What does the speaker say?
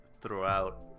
throughout